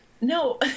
No